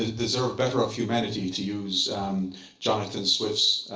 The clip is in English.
ah deserve better of humanity, to use jonathan swift's